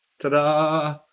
Ta-da